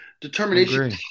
determination